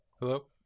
Hello